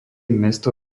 mesto